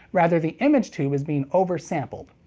rather the image tube is being oversampled.